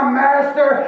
master